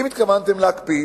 אם התכוונתם להקפיא,